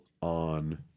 on